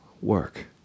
work